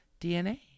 DNA